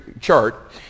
chart